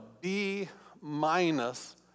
B-minus